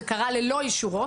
זה קרה ללא אישורו.